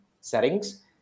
settings